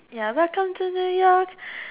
ya welcome to New York